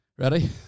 Ready